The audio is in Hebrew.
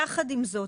יחד עם זאת,